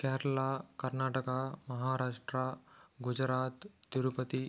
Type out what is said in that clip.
Kerala Karnataka Maharashtra Gujarat Tirupati